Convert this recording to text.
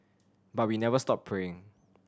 but we never stop praying